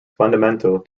fundamental